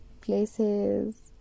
places